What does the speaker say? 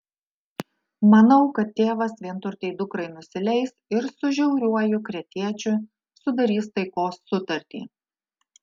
manau kad tėvas vienturtei dukrai nusileis ir su žiauriuoju kretiečiu sudarys taikos sutartį